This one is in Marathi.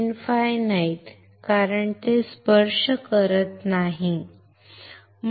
अनंत कारण ते स्पर्श करत नाही बरोबर